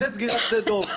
אחרי סגירת שדה דב,